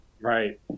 Right